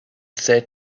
said